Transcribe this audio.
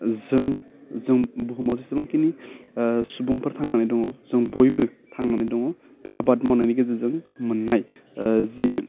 जों जों बुहुमाव जेसेबांखिनि ओह सुबुंफोर थांनानै दङ जों बयबो थांनानै दङ बे आबाद मावनायनि गेजेरजों मोननाय ओह जि